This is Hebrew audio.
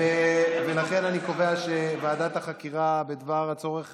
לכן אני קובע, שהצורך